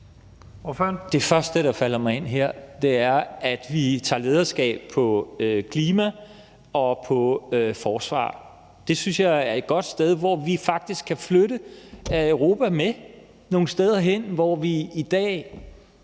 Det første, der falder mig ind her, er, at vi tager lederskab på klima- og forsvarsområdet. Det synes jeg er et godt sted, hvor vi faktisk kan være med til at flytte Europa nogle steder hen, hvor det i dag